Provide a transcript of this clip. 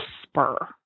whisper